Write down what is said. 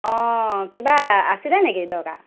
অঁ কিবা আছিল নেকি দৰকাৰ